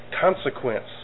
Consequence